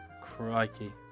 Crikey